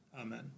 Amen